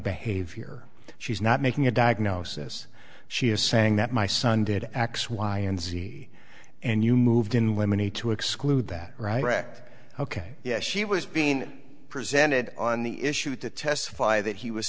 behavior she's not making a diagnosis she is saying that my son did x y and z and you moved in women and to exclude that right wrecked ok yes she was being presented on the issue to testify that he was